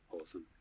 Awesome